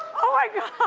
oh my god.